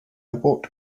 walked